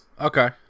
Okay